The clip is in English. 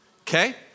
Okay